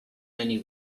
many